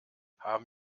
haben